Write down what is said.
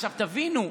עכשיו תבינו,